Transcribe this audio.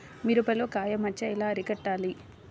మిరపలో కాయ మచ్చ ఎలా అరికట్టాలి?